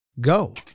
go